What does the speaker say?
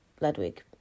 Ludwig